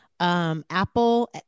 Apple